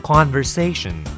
Conversation